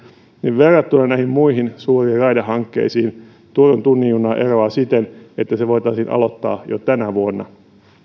verrattuna näihin muihin suuriin raidehankkeisiin turun tunnin juna eroaa siten että se voitaisiin aloittaa jo tänä vuonna